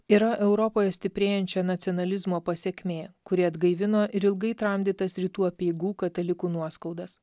yra europoje stiprėjančio nacionalizmo pasekmė kuri atgaivino ir ilgai tramdytas rytų apeigų katalikų nuoskaudas